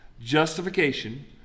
justification